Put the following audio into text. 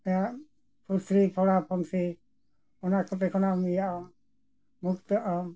ᱯᱩᱥᱨᱤ ᱯᱷᱚᱲᱟ ᱯᱚᱱᱥᱤ ᱚᱱᱟ ᱠᱚᱛᱮ ᱠᱷᱚᱱᱟᱜ ᱮᱢ ᱤᱭᱟᱹᱜᱼᱟᱢ ᱢᱩᱠᱛᱚᱜ ᱟᱢ